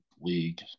league